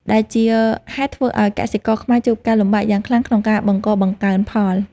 ដែលជាហេតុធ្វើឱ្យកសិករខ្មែរជួបការលំបាកយ៉ាងខ្លាំងក្នុងការបង្កបង្កើនផល។